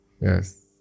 Yes